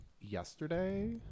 yesterday